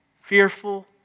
Fearful